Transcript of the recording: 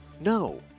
No